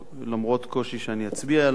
למרות קושי שאני אצביע עליו.